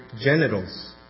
Genitals